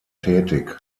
tätig